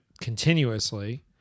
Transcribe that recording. continuously